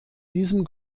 diesem